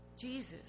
Jesus